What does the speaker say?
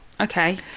okay